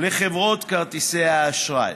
לחברות כרטיסי האשראי.